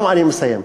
אני מסיים,